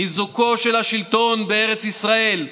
חיזוקו של השלטון בארץ ישראל,